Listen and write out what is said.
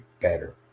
better